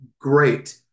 great